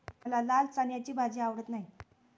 मला लाल चण्याची भाजी आवडत नाही